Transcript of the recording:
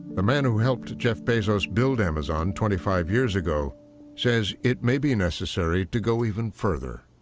the man who helped jeff bezos build amazon twenty five years ago says it may be necessary to go even further.